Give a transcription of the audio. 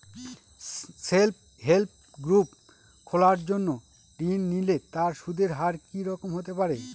Self help group খোলার জন্য ঋণ নিলে তার সুদের হার কি রকম হতে পারে?